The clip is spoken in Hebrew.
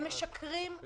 הם משקרים ברצף.